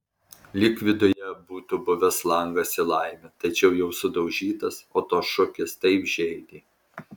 lyg viduje būtų buvęs langas į laimę tačiau jau sudaužytas o tos šukės taip žeidė